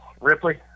Ripley